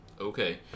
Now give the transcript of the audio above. okay